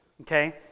Okay